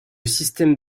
système